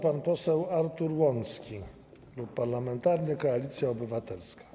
Pan poseł Artur Łącki, Klub Parlamentarny Koalicja Obywatelska.